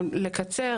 לקצר.